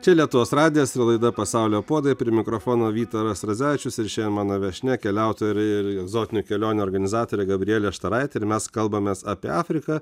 čia lietuvos radijas ir laida pasaulio puodai prie mikrofono vytaras radzevičius ir šiandien mano viešnia keliautojų ir ir egzotinių kelionių organizatorė gabrielė štaraitė ir mes kalbamės apie afriką